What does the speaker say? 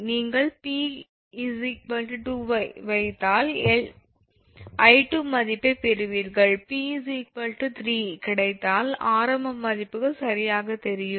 நீங்கள் 𝑝 2 ஐ வைத்தால் 𝑖2 மதிப்பைப் பெறுவீர்கள் 𝑝 3 கிடைத்தால் ஆரம்ப மதிப்புகள் சரியாகத் தெரியும்